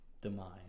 demise